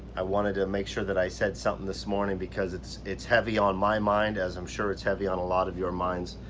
i wanted to make sure that i said something this morning because it's it's heavy on my mind as i'm sure it's heavy on a lot of your minds